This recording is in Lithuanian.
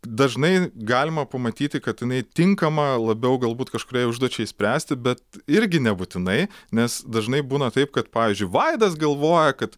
dažnai galima pamatyti kad jinai tinkama labiau galbūt kažkuriai užduočiai spręsti bet irgi nebūtinai nes dažnai būna taip kad pavyzdžiui vaidas galvoja kad